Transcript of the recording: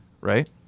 right